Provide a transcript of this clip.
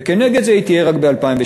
וכנגד זה היא תהיה רק ב-2018.